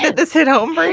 this hit home. like